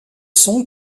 sons